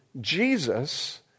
Jesus